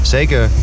Zeker